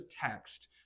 text